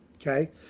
Okay